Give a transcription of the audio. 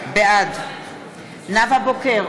בעד נאוה בוקר,